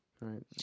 right